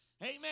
Amen